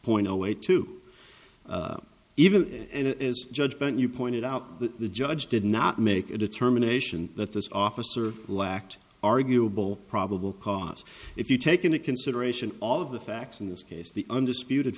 point o way to even as judge but you pointed out that the judge did not make a determination that this officer lacked arguable probable cause if you take into consideration all of the facts in this case the undisputed